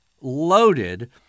loaded